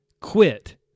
quit